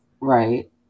right